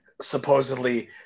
supposedly